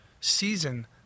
season